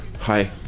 Hi